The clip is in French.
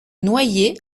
noyer